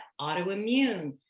autoimmune